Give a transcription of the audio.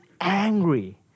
angry